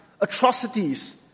atrocities